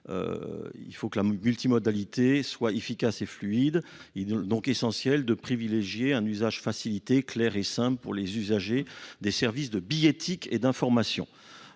Il faut que la multimodalité soit efficace et fluide, il est donc essentiel de privilégier un usage facilité, clair et simple pour les simple pour les usagers des services de billet, étique et d'information.